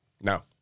no